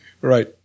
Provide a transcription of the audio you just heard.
Right